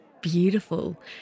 beautiful